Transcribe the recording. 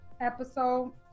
episode